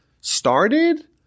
started